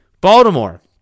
Baltimore